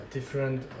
Different